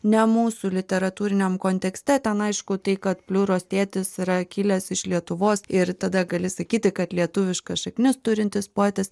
ne mūsų literatūriniam kontekste ten aišku tai kad pliuros tėtis yra kilęs iš lietuvos ir tada gali sakyti kad lietuviškas šaknis turintis poetas